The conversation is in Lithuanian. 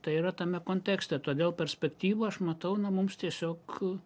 tai yra tame kontekste todėl perspektyvų aš matau na mums tiesiog